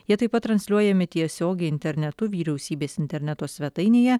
jie taip pat transliuojami tiesiogiai internetu vyriausybės interneto svetainėje